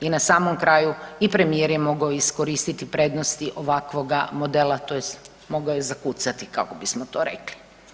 I na samom kraju i premijer je mogao iskoristiti prednosti ovakvoga modela, tj. mogao je zakucati kako bismo to rekli.